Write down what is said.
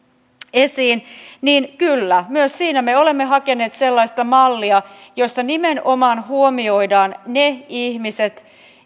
esiin kyllä myös siinä me olemme hakeneet sellaista mallia jossa nimenomaan huomioidaan ne ihmiset